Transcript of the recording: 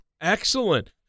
excellent